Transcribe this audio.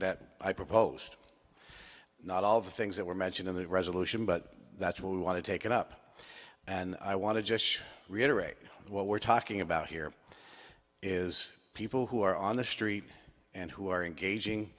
that i proposed not all of the things that were mentioned in the resolution but that's what we want to take it up and i want to just reiterate what we're talking about here is people who are on the street and who are engaging